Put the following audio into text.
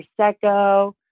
prosecco